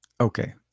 Okay